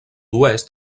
oest